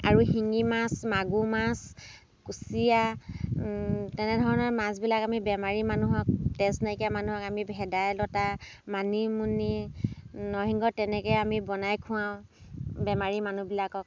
আৰু শিঙি মাছ মাগুৰ মাছ কুচিয়া তেনেধৰণৰ মাছবিলাক আমি বেমাৰী মানুহক তেজ নাইকিয়া মানুহক আমি ভেদাইলতা মানিমুনি নৰসিংহ তেনেকৈ আমি বনাই খোৱাওঁ বেমাৰী মানুহবিলাকক